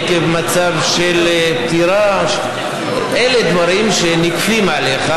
עקב מצב של פטירה, אלה דברים שנכפים עליך,